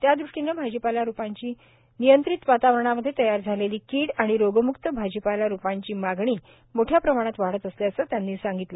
त्यादृष्टीने भाजीपाला रोपांची नियंत्रित वातावरणामध्ये तयार झालेली कीड आणि रोगम्क्त भाजीपाला रोपांची मागणी मोठ्या प्रमाणात वाढत असल्याचे त्यांनी सांगितले